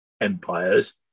Empires